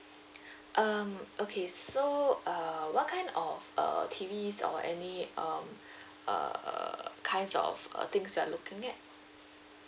um okay so uh what kind of uh T_Vs or any um uh kinds of uh things you are looking at